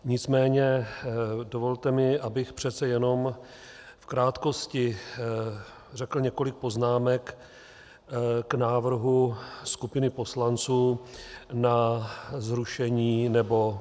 Nicméně dovolte mi, abych přece jenom v krátkosti řekl několik poznámek k návrhu skupiny poslanců na zrušení nebo...